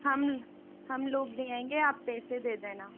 हम हम लोग ले आएंगे आप पैसे दे देना